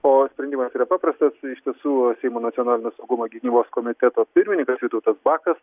o sprendimas yra paprastas visų seimo nacionalinio saugumo gynybos komiteto pirmininkas vytautas bakas